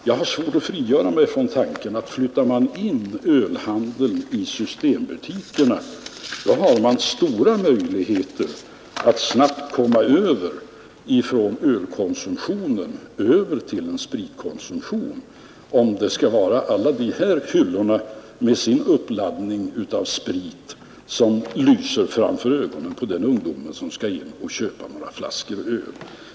Jag har svårt att frigöra mig från tanken att flyttas ölhandeln in i Systembutikerna har man stora möjligheter att snabbt komma över från ölkonsumtion till spritkonsumtion, om alla dessa hyllor med sin uppladdning av sprit skall lysa i ögonen på den ungdom som kommer in för att köpa några flaskor öl.